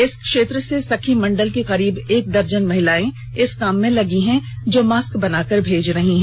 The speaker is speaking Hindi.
इस क्षेत्र से सखी मंडल की करीब एक दर्जन महिलाएं इस काम में लगी हुई हैं जो मास्क बनाकर भेज रही हैं